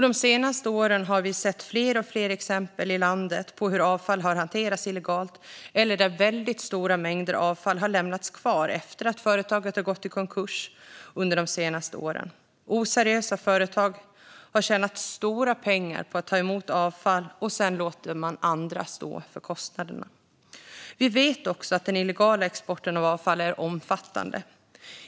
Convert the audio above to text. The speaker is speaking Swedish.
De senaste åren har vi sett fler och fler exempel i landet på hur avfall har hanterats illegalt eller där stora mängder avfall har lämnats kvar efter att företaget har gått i konkurs. Oseriösa företag har tjänat stora pengar på att ta emot avfall och sedan låtit andra stå för kostnaderna. Vi vet också att den illegala exporten av avfall är omfattande.